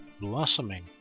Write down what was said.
blossoming